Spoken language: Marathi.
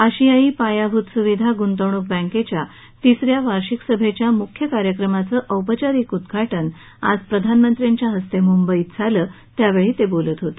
आशियाई पायाभूत सुविधा गुंतवणूक बँकेच्या तिसऱ्या वार्षीक सभेच्या मुख्य कार्यक्रमाचं औपचारिक उद्वाटन आज प्रधानमंत्र्यांच्या हस्ते मुंबईत झालं त्यावेळी ते बोलत होते